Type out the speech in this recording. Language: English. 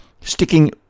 sticking